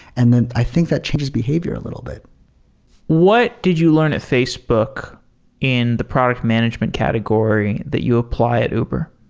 and then i think that changes behavior a little bit what did you learn at facebook in the product management category that you apply at uber?